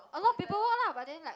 a lot paperwork lah but then like